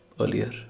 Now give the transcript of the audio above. earlier